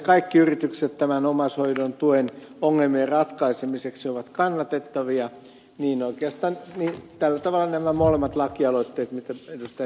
kaikki yritykset näiden omaishoidon tuen ongelmien ratkaisemiseksi ovat kannatettavia oikeastaan tällä tavalla nämä molemmat lakialoitteet mitä ed